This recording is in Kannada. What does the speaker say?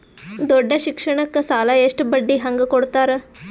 ದೊಡ್ಡ ಶಿಕ್ಷಣಕ್ಕ ಸಾಲ ಎಷ್ಟ ಬಡ್ಡಿ ಹಂಗ ಕೊಡ್ತಾರ?